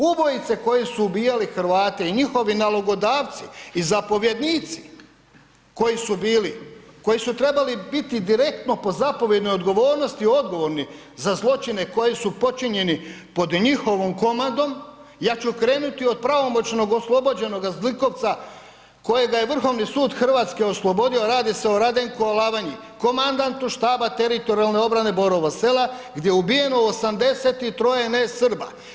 Ubojice koji su ubijali Hrvate i njihovi nalogodavci i zapovjednici koji su bili, koji su trebali biti direktno po zapovjednoj odgovornosti odgovorni za zločine koji su počinjeni pod njihovom komandom, ja ću krenuti od pravomoćnog oslobođenoga zlikovca kojega je Vrhovni sud Hrvatske oslobodio, radi se o Radenku Alavanji, komandantu štaba teritorijalne obrane Borovog Sela gdje je ubijeno 83 ne Srba.